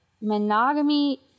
monogamy